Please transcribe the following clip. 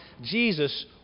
jesus